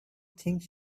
things